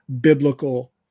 biblical